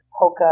Hoka